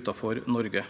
utenfor Norge.